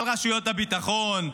על רשויות הביטחון,